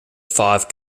five